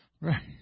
Right